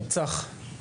צח.